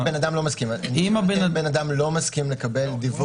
אם בן אדם לא מסכים לקבל דיוור --- הוא